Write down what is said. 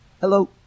Hello